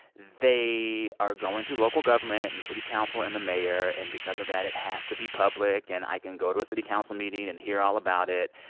they are going through local government and city council and the mayor. and because of that, it has to be public. and i can go to a city council meeting and hear all about it.